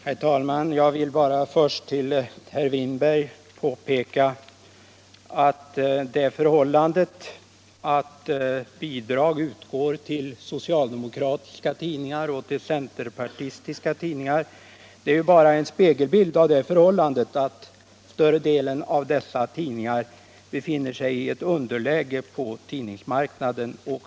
Herr talman! Jag vill bara först för herr Winberg påpeka att det förhållandet att bidrag utgår till socialdemokratiska tidningar och till centerpartistiska tidningar bara är en spegelbild av den omständigheten att större delen av dessa tidningar befinner sig i ett underläge på tidningsmarknaden.